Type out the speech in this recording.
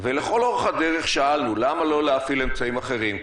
ולכל אורך הדרך שאלנו למה לא להפעיל אמצעים אחרים,